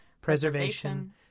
preservation